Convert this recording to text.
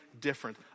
different